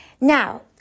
Now